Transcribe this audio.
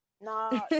No